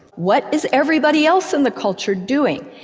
what is everybody else in the culture doing?